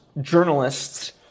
journalists